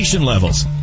Levels